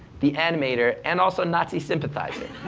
the animator and also nazi sympathizer,